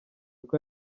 uko